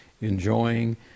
enjoying